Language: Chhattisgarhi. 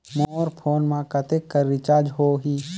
मोर फोन मा कतेक कर रिचार्ज हो ही?